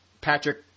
Patrick